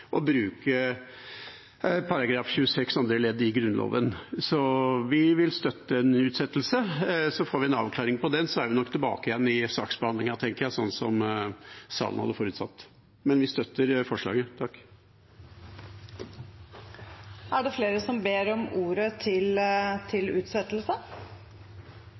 og bruke § 26 annet ledd i Grunnloven. Så vi vil støtte en utsettelse, og så får vi en avklaring på det. Og så er vi nok tilbake igjen i saksbehandlingen, tenker jeg, sånn som salen hadde forutsatt. Men vi støtter forslaget. Det